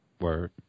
Word